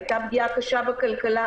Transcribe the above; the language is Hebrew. הייתה פגיעה קשה בכלכלה,